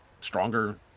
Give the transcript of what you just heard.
stronger